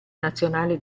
nazionale